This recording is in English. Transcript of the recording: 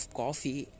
coffee